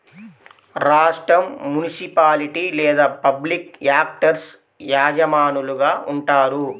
రాష్ట్రం, మునిసిపాలిటీ లేదా public actors యజమానులుగా ఉంటారు